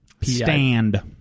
Stand